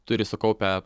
turi sukaupę